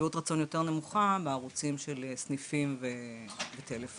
ושביעות רצון יותר נמוכה בסניפים ובטלפון.